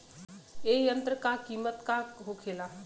ए यंत्र का कीमत का होखेला?